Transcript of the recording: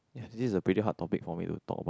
ya this is a pretty hard topic for me to talk about